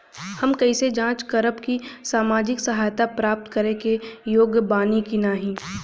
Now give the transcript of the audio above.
हम कइसे जांच करब कि सामाजिक सहायता प्राप्त करे के योग्य बानी की नाहीं?